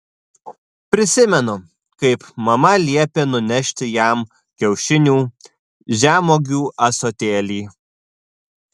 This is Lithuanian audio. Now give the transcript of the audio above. prisimenu kaip mama liepė nunešti jam kiaušinių žemuogių ąsotėlį